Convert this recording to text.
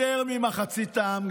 יותר ממחצית העם,